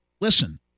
listen